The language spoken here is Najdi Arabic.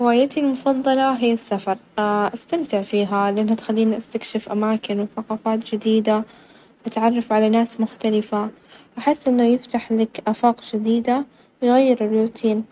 أفظل -اكت- كتابة قراية مؤخرا وهو الأب الغني والأب الفقير، يعجبني لأنه يفتح عيونك على طريقة التفكير في المال ،والاستثمار بشكل مختلف، أنصح أي أحد يبغى يتعلم عليه الفلوس وكيف يديرها يقراه لأنه -ب- بسيط وواضح.